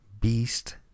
Beast